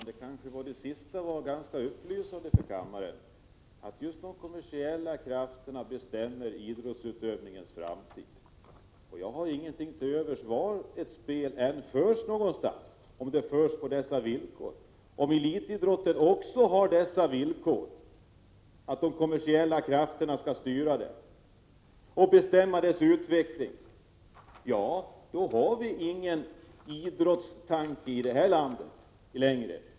Herr talman! Det sista var ganska upplysande för kammaren —-— de kommersiella krafterna bestämmer idrottsutövningens framtid. Jag har ingenting till övers för de olympiska spelen, var de än genomförs någonstans, om de kommer till stånd på dessa villkor. Om de kommersiella krafterna också skall styra elitidrotten på dessa villkor och bestämma dess utveckling, då har vi inte längre någon idrottsidé i vårt land.